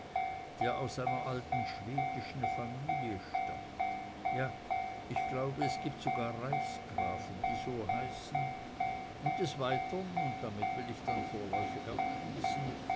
der aus einer alten schwedischen familie stammt ja ich glaube es gibt sogar reichsgrafen die so heißen und des weiteren und damit will ich dann vorläufig abschließen